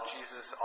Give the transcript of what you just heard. Jesus